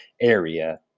area